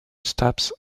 stops